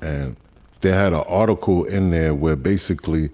and they had an article in there where basically